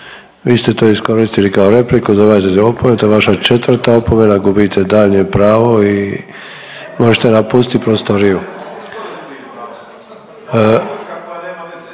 vi to iskoristili kao repliku, dobivate opomenu, to je vaša 4 opomena, gubite daljnje pravo i možete napustiti prostoriju.